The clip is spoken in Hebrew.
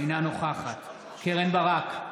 אינה נוכחת קרן ברק,